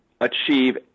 achieve